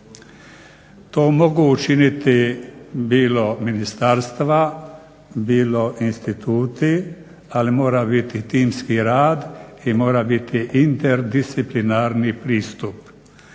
To mogu učiniti bilo ministarstva, bilo instituti ali mora biti timski rad i mora biti interdisciplinarni pristup.